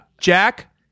Jack